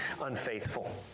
unfaithful